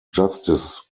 justice